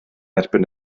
erbyn